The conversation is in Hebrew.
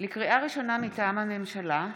לקריאה ראשונה, מטעם הממשלה: